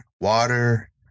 water